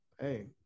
hey